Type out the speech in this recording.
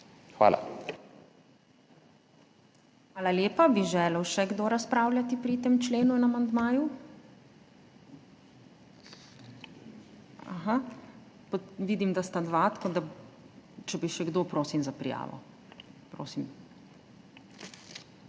Hvala lepa. Bi želel še kdo razpravljati pri tem členu in amandmaju? Vidim, da sta dva. Če bi še kdo, prosim za prijavo. Prosim.